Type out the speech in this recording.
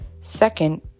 Second